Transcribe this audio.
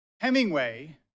Hemingway